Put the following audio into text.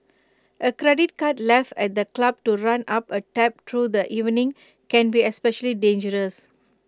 A credit card left at the club to run up A tab through the evening can be especially dangerous